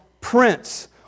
prince